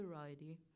variety